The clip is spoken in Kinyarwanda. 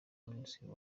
minisitiri